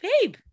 babe